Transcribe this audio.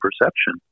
perception